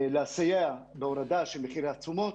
לסייע בהורדה של מחיר התשומות,